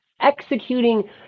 executing